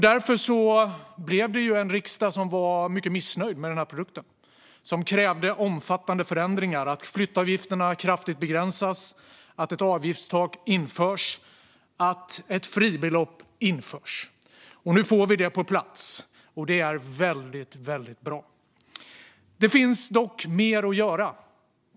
Därför blev det en riksdag som var mycket missnöjd med produkten och som krävde omfattande förändringar, såsom att flyttavgifterna kraftigt begränsas och att ett avgiftstak och ett fribelopp införs. Nu får vi detta på plats, och det är väldigt bra. Det finns dock mer att göra.